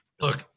look